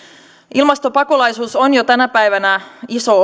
ilmastopakolaisuus on jo tänä päivänä iso